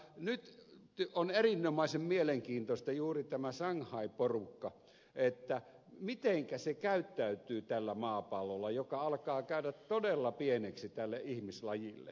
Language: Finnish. nyt on erinomaisen mielenkiintoista juuri tämä shanghai porukka mitenkä se käyttäytyy tällä maapallolla joka alkaa käydä todella pieneksi tälle ihmislajille